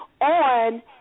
on